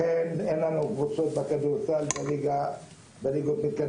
לכן אין לנו קבוצות בכדורסל בליגות מתקדמות,